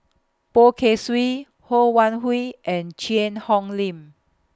Poh Kay Swee Ho Wan Hui and Cheang Hong Lim